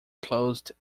closed